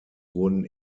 wurden